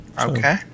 Okay